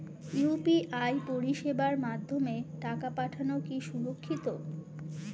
UPI পরিষেবার মাধ্যমে টাকা পাঠানো কি সুরক্ষিত?